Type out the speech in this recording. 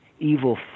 evil